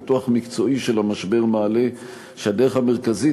ניתוח מקצועי של המשבר מעלה שהדרך המרכזית